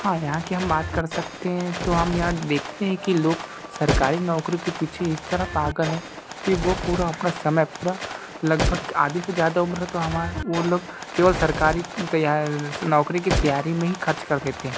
हाँ यहाँ की हम बात कर सकते हैं तो हम यह देखते हैं कि लोग सरकारी नौकरी के पीछे इस तरह पागल हैं कि वो पूरा अपना समय पूरा लगभग आधी से ज़्यादा उम्र तो वो लोग केवल सरकारी नौकरी की तैयारी में ही खर्च कर देते हैं